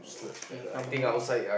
K come let me